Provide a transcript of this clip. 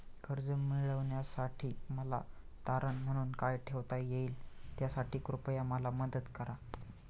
कर्ज मिळविण्यासाठी मला तारण म्हणून काय ठेवता येईल त्यासाठी कृपया मला मदत करा